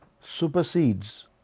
supersedes